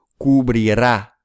cubrirá